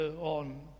on